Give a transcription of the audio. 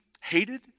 hated